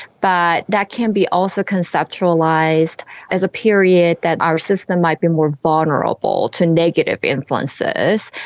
but that can be also conceptualised as a period that our system might be more vulnerable to negative influences.